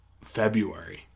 February